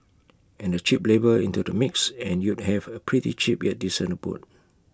add the cheap labour into the mix and you'd have A pretty cheap yet decent abode